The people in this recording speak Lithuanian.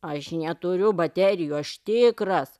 aš neturiu baterijų aš tikras